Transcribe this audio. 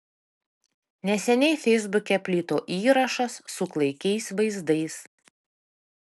neseniai feisbuke plito įrašas su klaikiais vaizdais